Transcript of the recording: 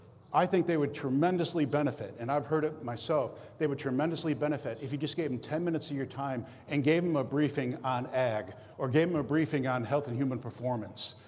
i think they would tremendously benefit. and i've heard it myself. they would tremendously benefit if you just gave them ten minutes of your time and gave them a briefing on ag or gave them a briefing on health and human performance.